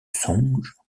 songe